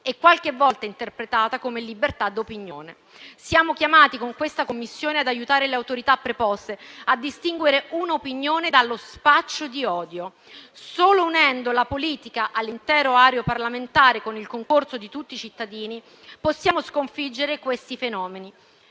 e qualche volta interpretata come libertà d'opinione. Siamo chiamati, con questa Commissione, ad aiutare le autorità preposte a distinguere un'opinione dallo spaccio di odio. Solo unendo le forze politiche dell'intero arco parlamentare, con il concorso di tutti i cittadini, possiamo sconfiggere questi fenomeni.